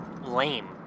lame